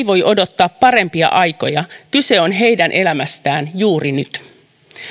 voi odottaa parempia aikoja kyse on heidän elämästään juuri nyt